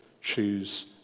choose